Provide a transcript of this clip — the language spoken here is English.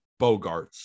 Bogarts